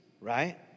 right